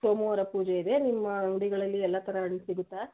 ಸೋಮವಾರ ಪೂಜೆ ಇದೆ ನಿಮ್ಮ ಅಂಗಡಿಗಳಲ್ಲಿ ಎಲ್ಲ ಥರ ಹಣ್ಣು ಸಿಗುತ್ತಾ